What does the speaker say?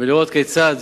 ולראות כיצד